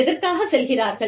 எதற்காகச் செல்கிறார்கள்